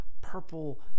purple